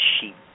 sheep